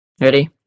Ready